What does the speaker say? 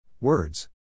Words